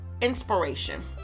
inspiration